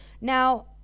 Now